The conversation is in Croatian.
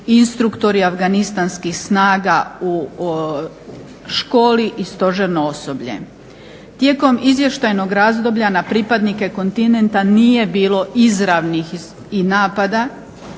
instruktori afganistanskih snaga u školi i stožerno osoblje. Tijekom izvještajnog razdoblja na pripadnike kontingenta nije bilo izravnih napada.